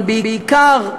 אבל בעיקר,